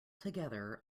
together